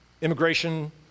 Immigration